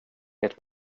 mitt